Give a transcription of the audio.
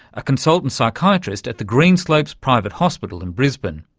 a consultant psychiatrist at the greenslopes private hospital in brisbane.